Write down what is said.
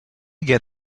get